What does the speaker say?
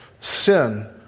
Sin